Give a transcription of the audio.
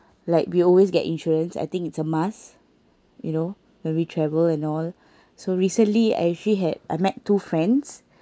like we always get insurance I think it's a must you know when we travel and all so recently I actually had I met two friends